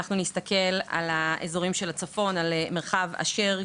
נסתכל על מרחב אשר,